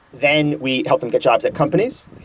then we help them get jobs at companies.